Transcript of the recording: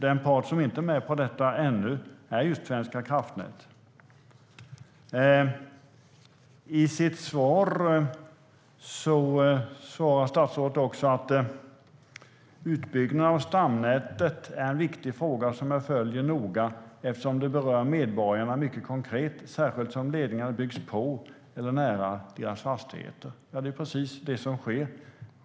Den part som inte är med på detta ännu är just Svenska kraftnät.I sitt svar säger statsrådet: "Utbyggnaden av stamnätet är en viktig fråga som jag följer noga eftersom den berör medborgarna mycket konkret, särskilt om ledningarna byggs på eller nära deras fastigheter." Det är precis det som sker.